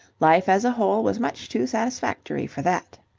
life as a whole was much too satisfactory for that.